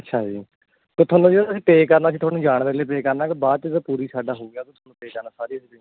ਅੱਛਾ ਜੀ ਫਿਰ ਤੁਹਾਨੂੰ ਜਿਹੜਾ ਅਸੀਂ ਪੇਅ ਕਰਨਾ ਜੀ ਤੁਹਾਨੂੰ ਜਾਣ ਵੇਲੇ ਪੇਅ ਕਰਨਾ ਕਿ ਬਾਅਦ 'ਚ ਜਦੋਂ ਪੂਰੀ ਸਾਡਾ ਹੋਊਗਾ ਤਾਂ ਤੁਹਾਨੂੰ ਪੇਅ ਕਰਨਾ ਸਾਰੀ ਜਦੋਂ ਹੀ